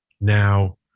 Now